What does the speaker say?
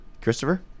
Christopher